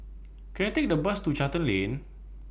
Can I Take A Bus to Charlton Lane